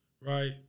right